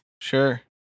Sure